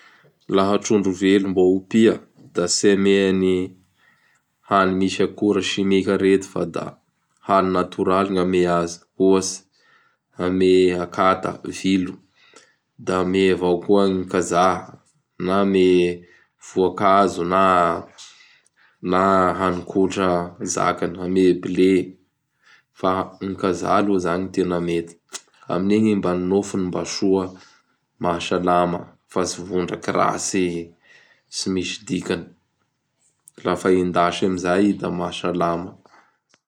Laha trondro velo mbo hompia da tsy amea ny hany misy akora simika reto fa da hany natoraly gn amea azy, ohatsy, amea akata, vilo, da amea avao koa gny kajaha na amea voakazo na na hanikotra zakany; amea blé fa gny kajaha aloha izany ny tena mety. Amin'igny i zany ny nofony mba soa mahasalama fa tsy vondraky ratsy, tsy misy dikany. Lafa hendasy amin'izay i da mahasalama.